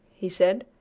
he said,